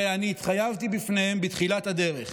ואני התחייבתי בפניהם בתחילת הדרך,